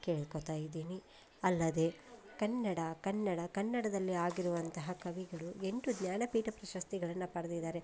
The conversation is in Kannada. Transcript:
ಕೇಳ್ಕೊತಾ ಇದೀನಿ ಅಲ್ಲದೆ ಕನ್ನಡ ಕನ್ನಡ ಕನ್ನಡದಲ್ಲೇ ಆಗಿರುವಂತಹ ಕವಿಗಳು ಎಂಟು ಜ್ಞಾನಪೀಠ ಪ್ರಶಸ್ತಿಗಳನ್ನು ಪಡ್ದಿದ್ದಾರೆ